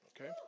okay